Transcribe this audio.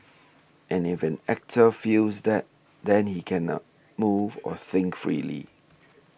and if an actor feels that then he cannot move or think freely